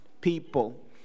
people